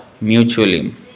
Mutually